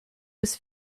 was